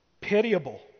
pitiable